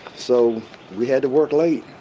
so we had to work late.